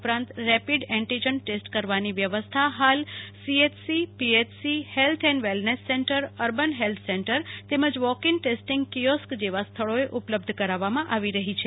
ઉપરાંત rapid antigen test કરવાની વ્યવસ્થા ફાલ સીએચસી પીએચસી ફેલ્થ અને wellness centre urban health centre તેમજ વોક ઇન ટેસ્ટીંગ કિયોસ્ક જેવા સ્થળોએ ઉપલબ્ધ કરાવવામાં આવી રફી છે